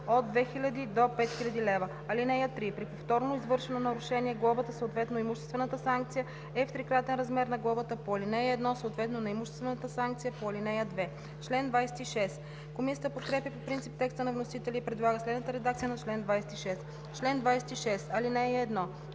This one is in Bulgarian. от 2000 до 5000 лв. (3) При повторно извършено нарушение глобата, съответно имуществената санкция, е в трикратен размер на глобата по ал. 1, съответно на имуществената санкция по ал. 2.“ Комисията подкрепя по принцип текста на вносителя и предлага следната редакция на чл. 26: „Чл. 26. (1)